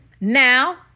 Now